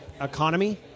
economy